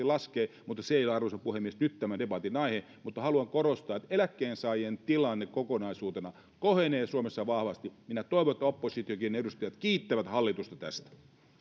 laskee mutta se ei ole arvoisa puhemies nyt tämän debatin aihe mutta haluan korostaa että eläkkeensaajien tilanne kokonaisuutena kohenee suomessa vahvasti minä toivon että oppositionkin edustajat kiittävät hallitusta tästä